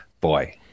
Boy